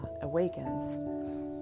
awakens